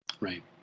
Right